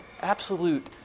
absolute